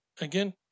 again